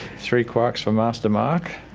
three quarks for muster mark.